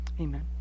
amen